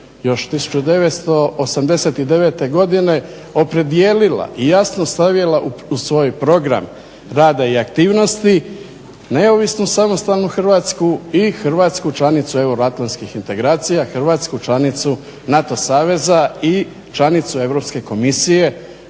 još 1989. opredijelila i jasno stavila u svoj program rada i aktivnosti neovisnu samostalnu Hrvatsku i Hrvatsku članicu euroatlantskih integracija, Hrvatsku članicu NATO Saveza i članicu Europske komisije